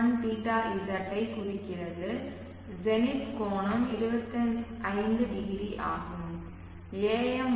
1 θz ஐ குறிக்கிறது ஜெனித் கோணம் 250 ஆகும் AM1